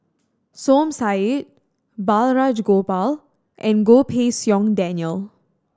Som Said Balraj Gopal and Goh Pei Siong Daniel